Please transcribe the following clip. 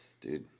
dude